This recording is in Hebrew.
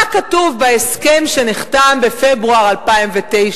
מה כתוב בהסכם שנחתם בפברואר 2009?